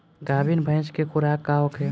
गाभिन भैंस के खुराक का होखे?